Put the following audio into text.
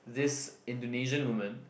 this Indonesian woman